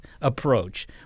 approach